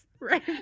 Right